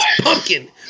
pumpkin